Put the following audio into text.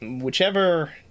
whichever